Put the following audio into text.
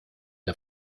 der